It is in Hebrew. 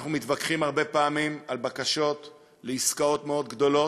אנחנו מתווכחים הרבה פעמים על בקשות לעסקאות מאוד גדולות,